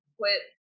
quit